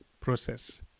process